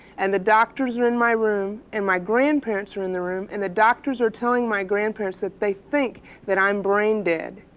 and the doctors were in my room, and my grandparents were in the room, and the doctors are telling my grandparents that they think that i'm brain dead,